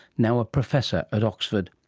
now a professor at oxford.